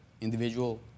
individual